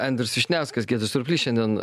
andrius vyšniauskas giedrius surplys šiandien